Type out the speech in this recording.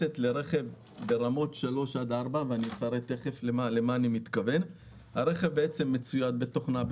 לרכב ברמות 4-3. הרכב מצויד בתוכנה,